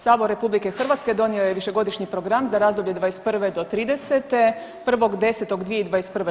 Sabor RH donio je višegodišnji program za razdoblje '21. do 30., 1.10.2021.